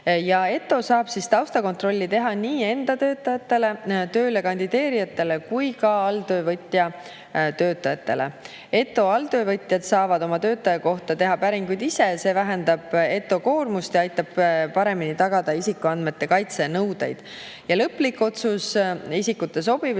ETO saab taustakontrolli teha nii enda töötajatele, tööle kandideerijatele kui ka alltöövõtja töötajatele. ETO alltöövõtjad saavad oma töötaja kohta teha päringuid ise, see vähendab ETO koormust ja aitab paremini tagada isikuandmete kaitse nõudeid. Lõplik otsus isikute sobivuse